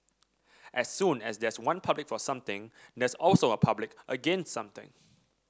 as soon as there's one public for something there's also a public against something